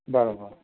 બરાબર